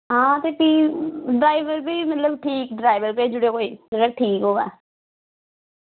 ते हां बी ड्राइवर मतलब ठीक ड्राइवर भेजी ओड़ेओ कोई जेह्ड़ा ठीक होऐ